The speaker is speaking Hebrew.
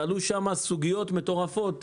עלו שם סוגיות מטורפות,